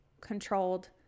controlled